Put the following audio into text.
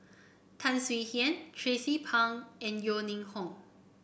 Tan Swie Hian Tracie Pang and Yeo Ning Hong